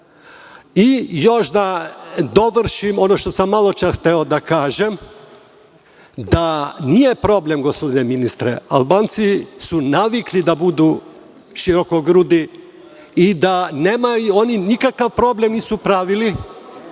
Još da dovršim ono što sam malo čas hteo da kažem, da nije problem, gospodine ministre, Albanci su navikli da budu širokogrudi i da nemaju, nikakav problem nisu pravili